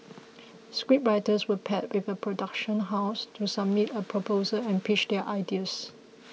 scriptwriters were paired with a production house to submit a proposal and pitch their ideas